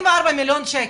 שקלים,